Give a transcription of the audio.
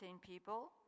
people